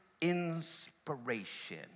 inspiration